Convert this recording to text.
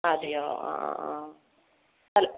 അതേയോ ആ ആ ആ അല്ല